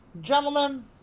gentlemen